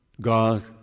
God